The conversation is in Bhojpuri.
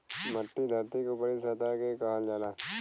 मट्टी धरती के ऊपरी सतह के कहल जाला